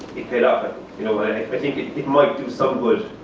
made up. and you know and i think it it might do some good,